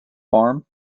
farm